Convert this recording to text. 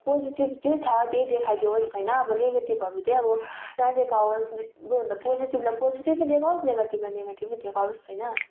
positive जे छ त्यही देखाइ दिइओस् होइन अब निगेटिभहरू चाहिँ अब नदेखाओस् बरु भन्दा पोजिटिभलाई पोजिटिभै देखाओस् निगेटिभलाई निगेटिभै देखाओस् होइन